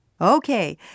Okay